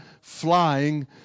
flying